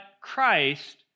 Christ